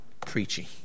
preaching